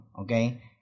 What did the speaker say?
Okay